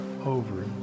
over